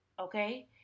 okay